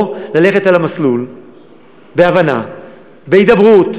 או, ללכת על המסלול בהבנה, בהידברות.